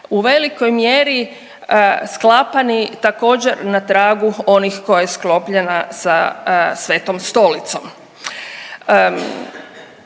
u velikoj mjeri sklapani također na tragu onih koja je sklopljena sa Svetom Stolicom.